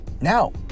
Now